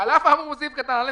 "על אף האמור בסעיף קטן (א),